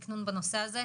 הארץ.